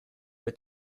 mit